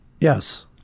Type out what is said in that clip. Yes